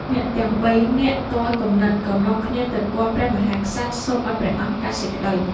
អ្នកទាំងបីនាក់ទាល់គំនិត ក៏នាំគ្នាទៅគាល់ព្រះមហាក្សត្រ សូមឱ្យព្រះអង្គកាត់សេចក្តី។